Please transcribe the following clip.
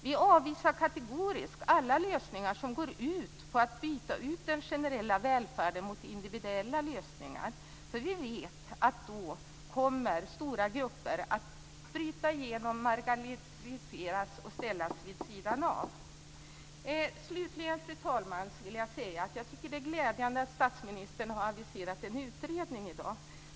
Vi avvisar kategoriskt alla lösningar som går ut på att byta ut den generella välfärden mot individuella lösningar, för vi vet att stora grupper då kommer att bryta igenom, marginaliseras och ställas vid sidan av. Slutligen, fru talman, vill jag säga att jag tycker att det är glädjande att statsministern har aviserat en utredning i dag.